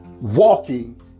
walking